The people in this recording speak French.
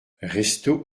restaud